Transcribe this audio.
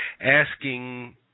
asking